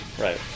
Right